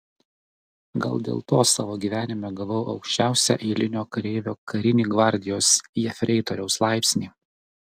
gal dėl to savo gyvenime gavau aukščiausią eilinio kareivio karinį gvardijos jefreitoriaus laipsnį